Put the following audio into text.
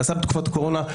שנעשה בתקופת הקורונה,